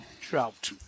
Trout